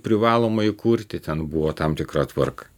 privaloma įkurti ten buvo tam tikra tvarka